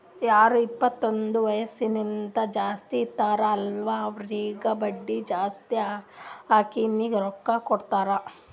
ಯಾರು ಇಪ್ಪತೈದು ವಯಸ್ಸ್ಕಿಂತಾ ಜಾಸ್ತಿ ಇರ್ತಾರ್ ಅಲ್ಲಾ ಅವ್ರಿಗ ಬಡ್ಡಿ ಜಾಸ್ತಿ ಹಾಕಿನೇ ರೊಕ್ಕಾ ಕೊಡ್ತಾರ್